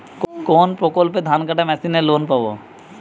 কোন প্রকল্পে ধানকাটা মেশিনের লোন পাব?